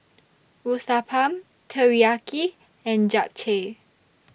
Uthapam Teriyaki and Japchae